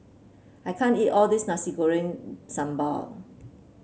I can't eat all this Nasi Goreng Sambal